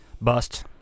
Bust